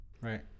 Right